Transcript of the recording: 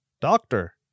doctor